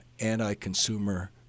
anti-consumer